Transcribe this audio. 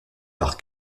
par